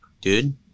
dude